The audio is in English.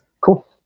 Cool